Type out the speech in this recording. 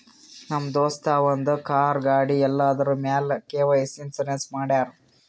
ನಮ್ ದೋಸ್ತ ಅವಂದ್ ಕಾರ್, ಗಾಡಿ ಎಲ್ಲದುರ್ ಮ್ಯಾಲ್ ವೈಕಲ್ ಇನ್ಸೂರೆನ್ಸ್ ಮಾಡ್ಯಾರ್